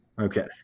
Okay